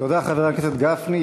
תודה, חבר הכנסת גפני.